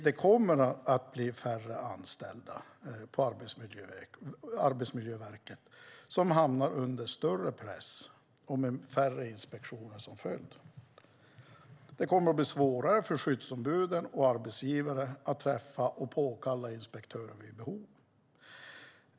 Det kommer att bli färre anställda på Arbetsmiljöverket, och de kommer att hamna under större press. Följden kommer att bli färre inspektioner. Det kommer att bli svårare för skyddsombud och arbetsgivare att träffa och kalla på inspektörer vid behov.